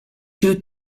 two